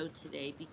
today